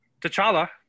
t'challa